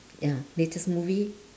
ya latest movie